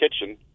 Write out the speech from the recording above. kitchen